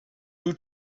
who